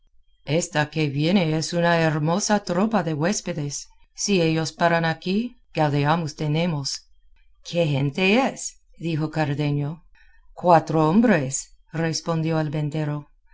esta que viene es una hermosa tropa de huéspedes si ellos paran aquí gaudeamus tenemos qué gente es dijo cardenio cuatro hombres respondió el ventero vienen a